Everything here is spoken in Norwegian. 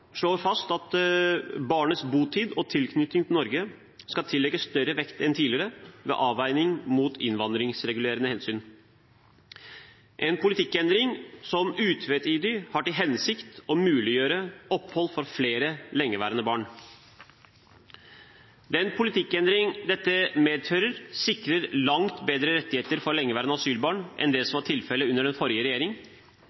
fast at barnets botid og tilknytning til Norge skal tillegges større vekt enn tidligere ved avveining mot innvandringsregulerende hensyn, en politikkendring som utvetydig har til hensikt å muliggjøre opphold for flere lengeværende barn. Den politikkendring dette medfører, sikrer langt bedre rettigheter for lengeværende asylbarn enn det som var tilfellet under den forrige regjering,